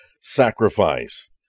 sacrifice